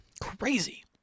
crazy